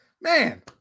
Man